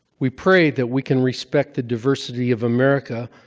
we pray that we can respect the diversity of america.